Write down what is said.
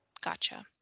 Gotcha